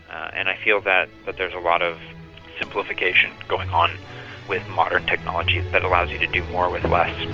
and i feel that that there's a lot of simplification going on with modern technology that allows you to do more with less.